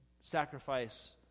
sacrifice